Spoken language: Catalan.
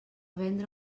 vendre